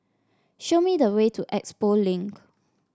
show me the way to Expo Link